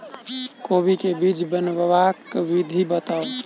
कोबी केँ बीज बनेबाक विधि बताऊ?